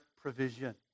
provision